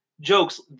jokes